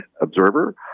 observer